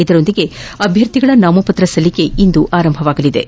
ಇದರೊಂದಿಗೆ ಅಭ್ಲರ್ಥಿಗಳ ನಾಮಪತ್ರ ಸಲ್ಲಿಕೆ ಇಂದು ಆರಂಭಗೊಳ್ಳಲಿದ್ದು